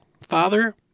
Father